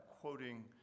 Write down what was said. quoting